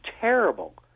terrible